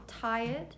tired